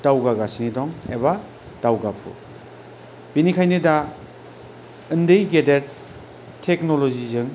दावगागासिनो दं एबा दावगाफु बेनिखायनो दा उन्दै गेदेर टेक्न'ल'जिजों